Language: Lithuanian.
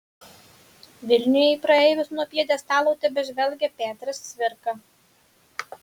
vilniuje į praeivius nuo pjedestalo tebežvelgia petras cvirka